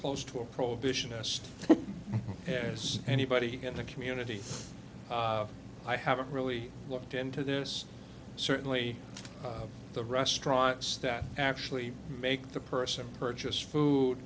close to a prohibition us yes anybody in the community i haven't really looked into this certainly the restaurants that actually make the person purchase food